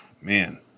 man